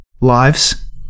lives